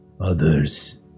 others